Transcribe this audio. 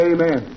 Amen